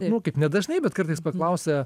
nu kaip ne dažnai bet kartais paklausia